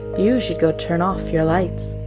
you should go turn off your lights.